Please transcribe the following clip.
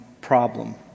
problem